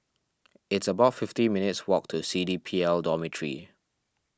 it's about fifty minutes' walk to C D P L Dormitory